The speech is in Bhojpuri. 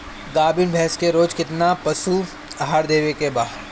गाभीन भैंस के रोज कितना पशु आहार देवे के बा?